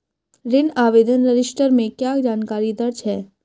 ऋण आवेदन रजिस्टर में क्या जानकारी दर्ज है?